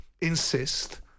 insist